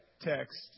text